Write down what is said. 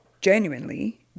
genuinely